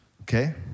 Okay